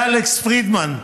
לאלכס פרידמן,